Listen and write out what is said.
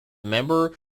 member